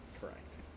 correct